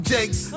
Jake's